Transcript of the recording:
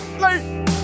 Late